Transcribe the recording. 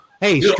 Hey